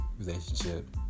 relationship